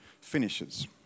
finishes